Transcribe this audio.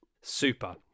super